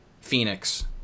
Phoenix